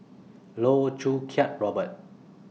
Loh Choo Kiat Robert